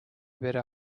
better